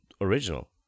original